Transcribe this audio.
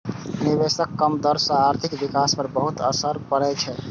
निवेशक कम दर सं आर्थिक विकास पर बहुत असर पड़ै छै